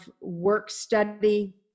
work-study